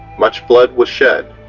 much blood was shed,